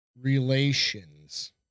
relations